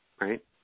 right